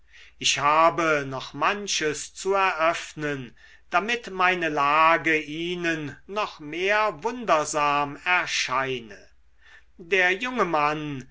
ich habe noch manches zu eröffnen damit meine lage ihnen noch mehr wundersam erscheine der junge mann